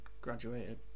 graduated